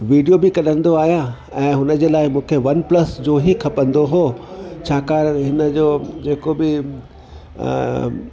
video बि कढंदो आहियां ऐं उन लाइ मूंखे वनप्लस जो ई खपंदो हुओ छाकाणि हिन जो जेको बि